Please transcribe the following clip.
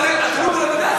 אבל הם עתרו לבג"ץ.